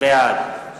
בעד